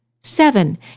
Seven